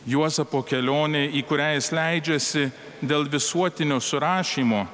juozapo kelionė į kurią jis leidžiasi dėl visuotinio surašymo